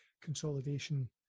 consolidation